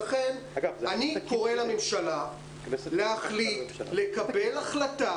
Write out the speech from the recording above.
לכן, אני קורא לממשלה להחליט ולקבל החלטה